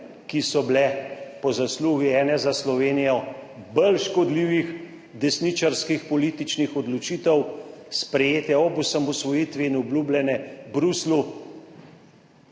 ki so bile po zaslugi ene za Slovenijo bolj škodljivih desničarskih političnih odločitev sprejete ob osamosvojitvi in obljubljene Bruslju